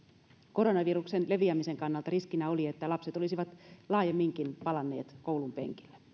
koronaviruksen leviämisen kannalta riskinä oli että lapset olisivat laajemminkin palanneet koulunpenkille